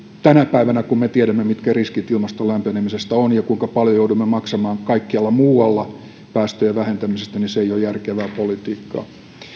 tänä päivänä kun me tiedämme mitkä riskit ilmaston lämpenemisestä on ja kuinka paljon joudumme maksamaan kaikkialla muualla päästöjen vähentämisestä se ei ole järkevää politiikkaa